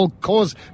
cause